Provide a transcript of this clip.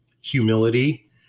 humility